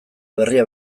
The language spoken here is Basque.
berria